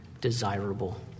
desirable